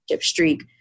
streak